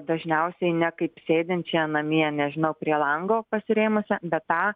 dažniausiai ne kaip sėdinčią namie nežinau prie lango pasirėmusią bet tą